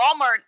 Walmart